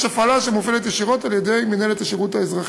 ויש הפעלה ישירה על-ידי מינהלת השירות האזרחי.